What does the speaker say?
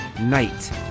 night